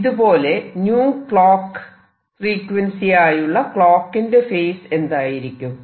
ഇതുപോലെ clock ഫ്രീക്വൻസിയായുള്ള ക്ലോക്കിന്റെ ഫേസ് എന്തായിരിക്കും